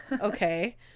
okay